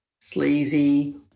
sleazy